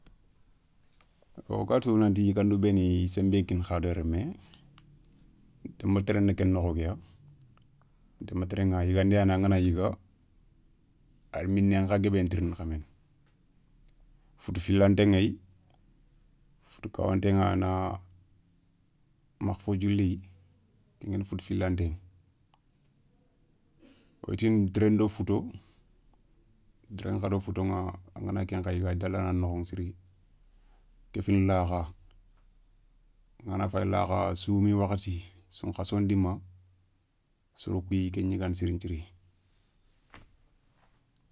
Wo ga tou nanti yigandou béni i ya senbe nkina hadama remme denba téréna ké nokho ké ya, denba téréηa yigandé yani angana yiga a ya minné nkha guébé ntirindi kha méné, foutou filanté ηéyi, foutou kawantéηa na makha fodji léye kengani foutou filanté wotine déré ndo fouto, ndéré nkha do foutoηa angana kenkha yiga a ya dalana nokho siri. Kéfini lakha angana fayi lakha soumi wakhati sounkhasso ndima soro kouyi ké gnigana sirin nthiri.